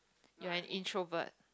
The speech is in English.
you're an introvert